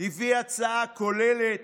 הביא הצעה כוללת,